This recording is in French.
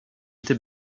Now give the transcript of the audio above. été